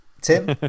Tim